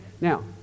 Now